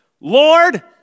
Lord